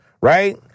right